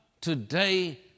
today